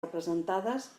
representades